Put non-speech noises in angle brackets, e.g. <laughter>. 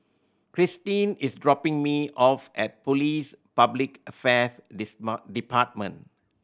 Krysten is dropping me off at Police Public Affairs <unintelligible> Department